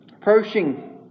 approaching